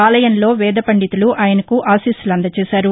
ఆలయంలో వేదపండితులు ఆయనకు ఆశీస్సులు అందజేశారు